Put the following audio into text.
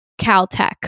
Caltech